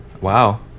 Wow